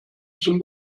zum